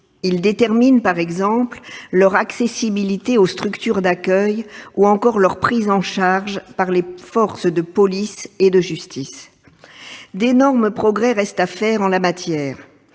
Il faut, par exemple, permettre l'accessibilité aux structures d'accueil ou encore la prise en charge par les forces de police et de justice. D'énormes progrès restent à faire en la matière.